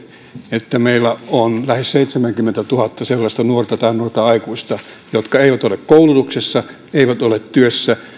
että meillä on lähes seitsemänkymmentätuhatta sellaista nuorta tai nuorta aikuista jotka eivät ole koulutuksessa eivät ole työssä